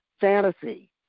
fantasy